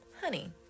honey